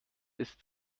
ist